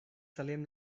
salem